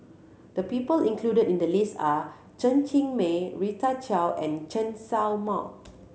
the people included in the list are Chen Cheng Mei Rita Chao and Chen Sao Mao